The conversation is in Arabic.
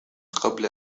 قبل